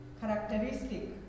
characteristic